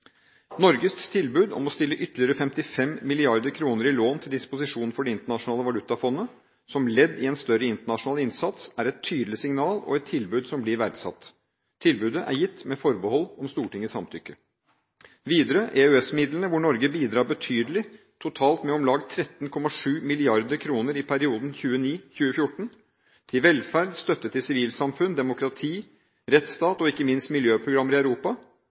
Norges tilbud om å stille ytterligere 55 mrd. kr i lån til disposisjon for Det internasjonale valutafondet, som ledd i en større internasjonal innsats, er et tydelig signal og et tilbud som blir verdsatt. Tilbudet er gitt med forbehold om Stortingets samtykke. Videre: EØS-midlene, hvor Norge bidrar betydelig – totalt med om lag 13,7 mrd. kr i perioden 2009–2014 – til velferd, støtte til sivilsamfunn, demokrati, rettsstat og ikke minst miljøprogrammer i Europa.